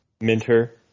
Minter